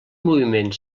moviment